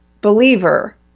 believer